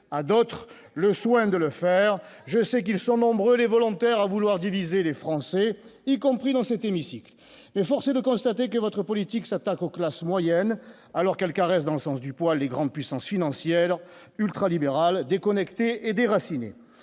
à d'autres le soin de le faire, je sais qu'ils sont nombreux, les volontaires à vouloir diviser les Français, y compris dans cet hémicycle, mais force est de constater que votre politique s'attaque aux classes moyennes, alors qu'elle caresse dans le sens du poil, les grandes puissances financières ultralibérale et déraciné